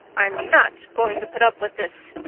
i'm not going to put up with this,